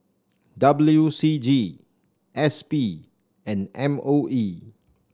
W C G S P and M O E